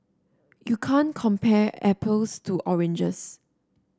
you can't compare apples to oranges